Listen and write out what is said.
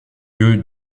lieu